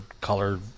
color